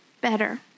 better